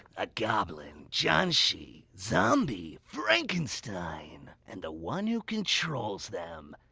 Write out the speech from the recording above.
a goblin! jianshi! zombie! frankenstein? and the one who controls them.